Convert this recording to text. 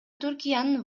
түркиянын